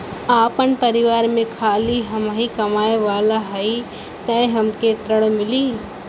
आपन परिवार में खाली हमहीं कमाये वाला हई तह हमके ऋण मिली?